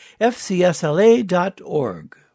fcsla.org